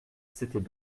c’était